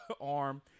arm